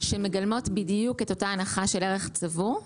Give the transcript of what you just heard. בגליל וגם בנגב, בצפון ובדרום,